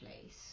place